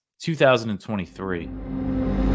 2023